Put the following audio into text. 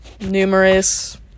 numerous